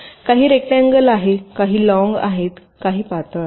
काही रेक्टअंगल आहेत काही लॉन्ग आहेत काही पातळ आहेत